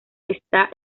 está